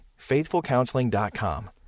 FaithfulCounseling.com